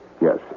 Yes